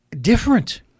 different